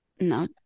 no